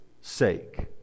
sake